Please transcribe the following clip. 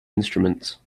instruments